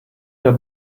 der